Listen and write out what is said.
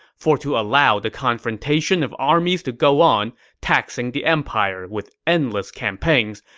for to allow the confrontation of armies to go on, taxing the empire with endless campaigns,